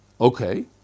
okay